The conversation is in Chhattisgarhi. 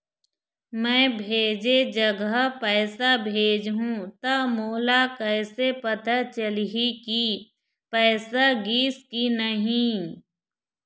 मैं भेजे जगह पैसा भेजहूं त मोला कैसे पता चलही की पैसा गिस कि नहीं?